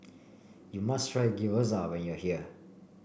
you must try Gyoza when you are here